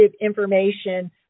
information